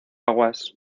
aguas